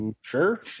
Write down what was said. Sure